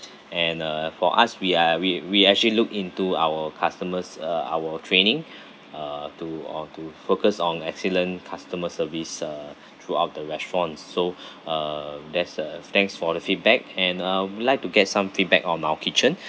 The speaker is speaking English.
and uh for us we are we we actually look into our customers uh our training uh to or to focus on excellent customer service uh throughout the restaurant so uh that's uh thanks for the feedback and ah we would like to get some feedback on our kitchen